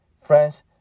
friends